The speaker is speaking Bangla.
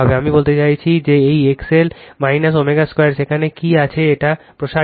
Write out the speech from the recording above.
আমি বলতে চাইছি এই XL ω 2 সেখানে কি আছে এটি প্রসারিত